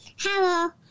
Hello